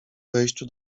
wejściu